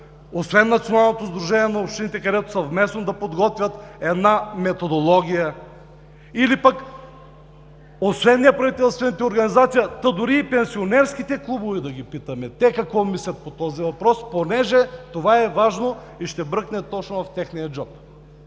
В Националното сдружение на общините могат съвместно да подготвят методология. Освен неправителствените организации, дори и пенсионерските клубове можем да питаме какво мислят по този въпрос, защото това е важно и ще бръкне точно в техния джоб!